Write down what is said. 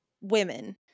women